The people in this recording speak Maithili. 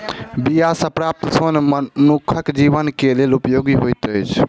बीया सॅ प्राप्त सोन मनुखक जीवन के लेल उपयोगी होइत अछि